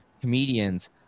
comedians